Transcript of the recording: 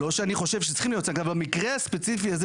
לא שאני חושב שצריכה להיות סנקציה,